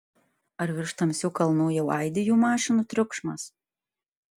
ar virš tamsių kalnų jau aidi jų mašinų triukšmas